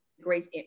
Grace